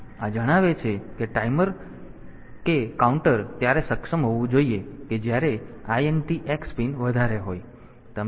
તેથી આ જણાવે છે કે કાઉન્ટર કે ટાઈમર ત્યારે સક્ષમ હોવું જોઈએ કે જ્યારે INT x પિન વધારે હોય